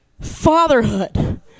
Fatherhood